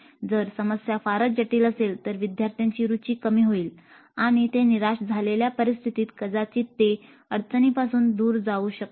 जर समस्या फारच जटिल असेल तर विद्यार्थ्यांची रुची कमी होईल आणि ते निराश झालेल्या परिस्थितीत कदाचित ते समस्येपासून दूर जाऊ शकतात